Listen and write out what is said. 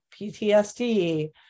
PTSD